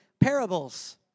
parables